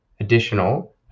additional